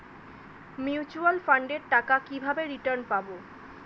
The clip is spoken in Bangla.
মিউচুয়াল ফান্ডের টাকা কিভাবে রিটার্ন পাব?